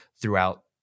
throughout